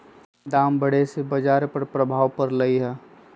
दाम बढ़े से बाजार पर प्रभाव परलई ह